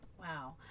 wow